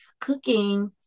cooking